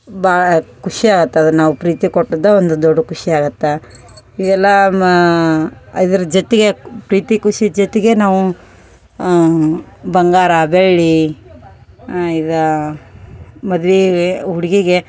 ಭಾಳ ಖುಷಿ ಆಗತ್ತೆ ಅದನ್ನು ನಾವು ಪ್ರೀತಿ ಕೊಟ್ಟದ್ದೆ ಒಂದು ದೊಡ್ಡ ಖುಷಿ ಆಗತ್ತೆ ಇವೆಲ್ಲ ಮಾ ಅದ್ರ ಜೊತೆಗೆ ಪ್ರೀತಿ ಖುಷಿ ಜೊತೆಗೆ ನಾವು ಬಂಗಾರ ಬೆಳ್ಳಿ ಇದು ಮದ್ವೆ ಹುಡುಗಿಗೆ